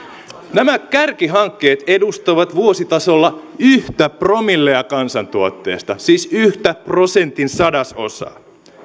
nämä kärkihankkeet edustavat vuositasolla yhtä promillea kansantuotteesta siis yhtä prosentin sadasosaa